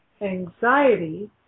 anxiety